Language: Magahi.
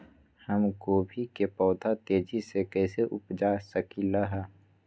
हम गोभी के पौधा तेजी से कैसे उपजा सकली ह?